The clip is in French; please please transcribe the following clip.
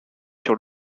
sur